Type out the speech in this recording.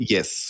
Yes